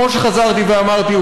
כמו שחזרתי ואמרתי,